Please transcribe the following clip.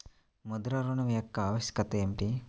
ముద్ర ఋణం యొక్క ఆవశ్యకత ఏమిటీ?